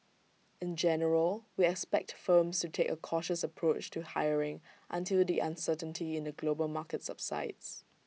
in general we expect firms to take A cautious approach to hiring until the uncertainty in the global market subsides